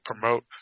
promote